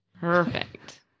Perfect